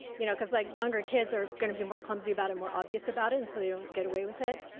you know cause like younger kids are gonna be more clumsy about it, more obvious about it and so they don't get away with it,